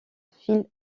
phil